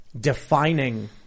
defining